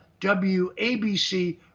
WABC